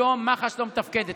היום מח"ש לא מתפקדת.